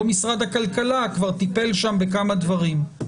משרד הכלכלה כבר טיפל שם בכמה דברים.